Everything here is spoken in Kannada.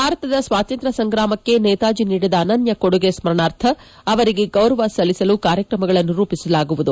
ಭಾರತದ ಸ್ವಾತಂತ್ರ್ಯ ಸಂಗ್ರಾಮಕ್ಕೆ ನೇತಾಜಿ ನೀಡಿದ ಅನನ್ನ ಕೊಡುಗೆ ಸ್ನರಣಾರ್ಥ ಅವರಿಗೆ ಗೌರವ ಸಲ್ಲಿಸಲು ಕಾರ್ಯಕ್ರಮಗಳನ್ನು ರೂಪಿಸಲಾಗುವುದು